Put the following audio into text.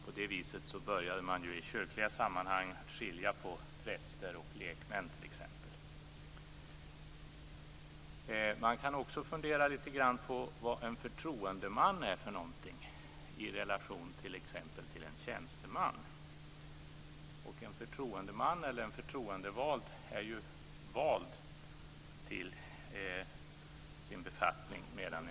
På den grunden började man i kyrkliga sammanhang t.ex. skilja mellan präster och lekmän. Man kan också fundera litet på vad en förtroendeman är i relation t.ex. till en tjänsteman. En förtroendeman eller en förtroendevald är ju vald till sin befattning.